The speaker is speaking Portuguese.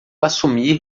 assumir